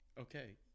Okay